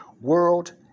World